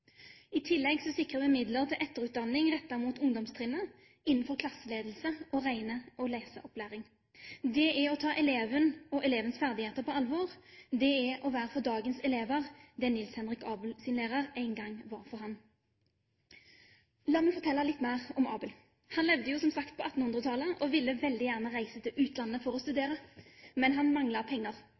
I tillegg sikrer vi midler til etterutdanning rettet mot ungdomstrinnet innenfor klasseledelse og regne- og leseopplæring. Det er å ta eleven og elevens ferdigheter på alvor. Det er for dagens elever å være den Niels Henrik Abels lærer en gang var for ham. La meg fortelle litt mer om Abel: Han levde, som sagt, på 1800-tallet og ville veldig gjerne reise til utlandet for å studere, men han manglet penger.